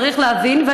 צריך להבין.